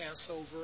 Passover